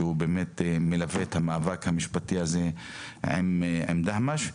שהוא באמת מלווה את המאבק המשפטי הזה עם דהמש,